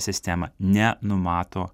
sistema nenumato